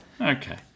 Okay